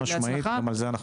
חד משמעית, אנחנו גם על זה נעשה.